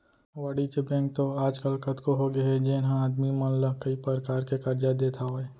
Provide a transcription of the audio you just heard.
वाणिज्य बेंक तो आज काल कतको होगे हे जेन ह आदमी मन ला कई परकार के करजा देत हावय